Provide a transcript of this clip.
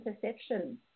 perception